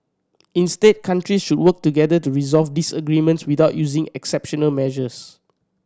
instead countries should work together to resolve disagreements without using exceptional measures